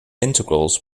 integrals